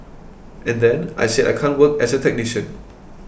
and then I said I can't work as a technician